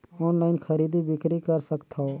Online खरीदी बिक्री कर सकथव?